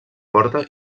porta